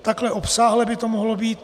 Takhle obsáhle by to mohlo být.